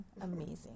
amazing